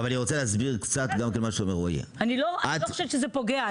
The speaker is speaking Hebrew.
אני לא חושבת שזה פוגע,